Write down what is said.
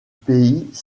pays